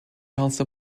also